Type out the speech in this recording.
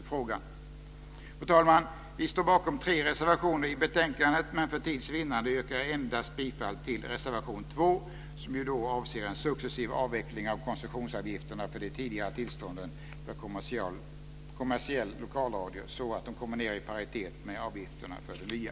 Fru talman! Vi står bakom tre reservationer i betänkandet men för tids vinnande yrkar jag bifall endast till reservation 2, som avser en successiv avveckling av koncessionsavgifterna för de tidigare tillstånden för kommersiell lokalradio så att de kommer ned i paritet med avgifterna för de nya.